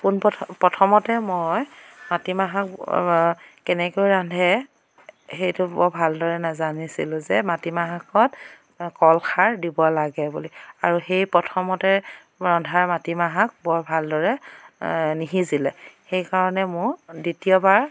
পোন প্ৰথমে প্ৰথমতে মই মাটি মাহৰ কেনেকৈ ৰান্ধে সেইটো বৰ ভালদৰে নাজানিছিলোঁ যে মাটিমাহত কল খাৰ দিব লাগে বুলি আৰু সেই প্ৰথমতে ৰন্ধা মাটি মাহক বৰ ভালদৰে নিসিজিলে সেই কাৰণে মোৰ দ্বিতীয়বাৰ